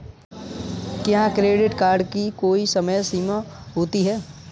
क्या credit card की कोई समय सीमा होती है?